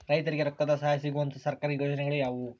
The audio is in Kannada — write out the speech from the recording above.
ರೈತರಿಗೆ ರೊಕ್ಕದ ಸಹಾಯ ಸಿಗುವಂತಹ ಸರ್ಕಾರಿ ಯೋಜನೆಗಳು ಯಾವುವು?